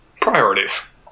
Priorities